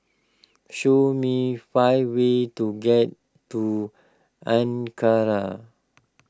show me five ways to get to Ankara